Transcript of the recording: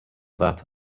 that